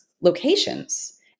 locations